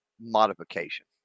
modification